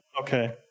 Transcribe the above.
okay